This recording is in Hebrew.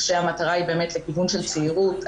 כשהמטרה היא באמת לכיוון של שירות,